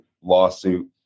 lawsuit